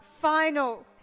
final